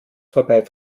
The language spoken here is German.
vorbei